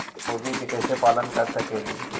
मुर्गि के कैसे पालन कर सकेली?